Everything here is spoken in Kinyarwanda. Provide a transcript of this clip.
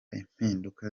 impinduka